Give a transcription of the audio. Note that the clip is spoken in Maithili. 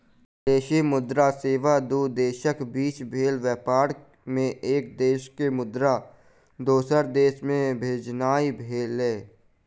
विदेशी मुद्रा सेवा दू देशक बीच भेल व्यापार मे एक देश के मुद्रा दोसर देश मे भेजनाइ भेलै